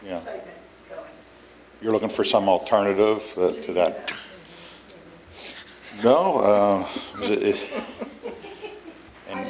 you know you're looking for some alternative to that you know it and